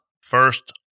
first